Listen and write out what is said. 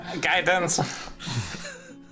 Guidance